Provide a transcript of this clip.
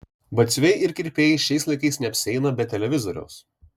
batsiuviai ir kirpėjai šiais laikais neapsieina be televizoriaus